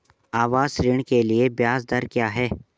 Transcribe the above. आवास ऋण के लिए ब्याज दर क्या हैं?